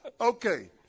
Okay